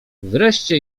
wreszcie